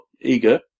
Eager